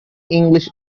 english